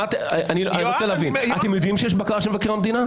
אתם יודעים שיש בקרה של מבקר המדינה?